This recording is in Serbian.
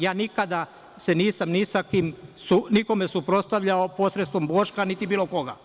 Ja se nikada nisam nikome suprotstavljao posredstvom Boška, niti bilo koga.